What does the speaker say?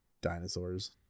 dinosaurs